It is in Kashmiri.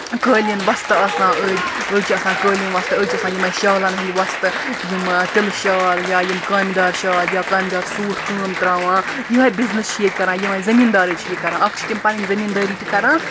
قٲلیٖن وۄستہٕ آسان أڑۍ أڑۍ چھِ آسان قٲلیٖن وۄستہٕ أڑۍ چھِ آسان یِمے شالَن ہٕنٛدۍ وۄستہٕ یِم تِلہٕ شال یا یِم کامہِ دار شال یا کامہِ دار سوٗٹھ کٲم تراوان یِہے بِزنٮ۪س چھِ ییٚتہِ کَران یِمے زمیٖن داری چھِ یہِ کَران اکھ چھِ تِم پَنٕنۍ زمیٖن دٲری تہِ کَران